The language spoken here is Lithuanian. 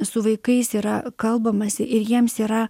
su vaikais yra kalbamasi ir jiems yra